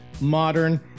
modern